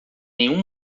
nenhum